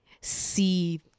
see